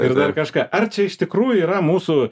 ir dar kažką ar čia iš tikrųjų yra mūsų